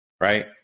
Right